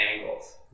angles